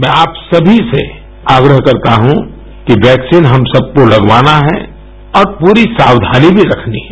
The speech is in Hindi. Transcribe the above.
मैं आप सभी से एक बार फिर आग्रह करता हूं कि वैक्सीन हम सबको लगवाना है और पूरी साव्वानी भी रखनी है